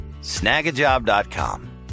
Snagajob.com